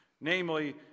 namely